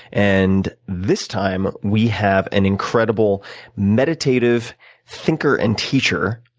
and this time, we have an incredible meditative thinker and teacher,